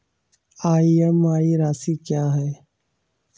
EMI राशि क्या है?